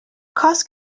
cost